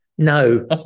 No